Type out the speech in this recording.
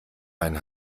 ein